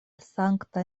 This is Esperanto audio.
sankta